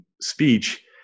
speech